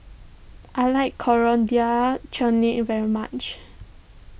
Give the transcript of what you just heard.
I like Coriander Chutney very much